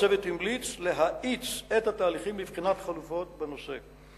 הצוות המליץ להאיץ את התהליכים לבחינת חלופות בנושא.